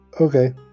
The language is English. Okay